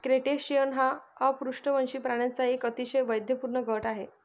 crustacean हा अपृष्ठवंशी प्राण्यांचा एक अतिशय वैविध्यपूर्ण गट आहे